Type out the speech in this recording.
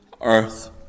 earth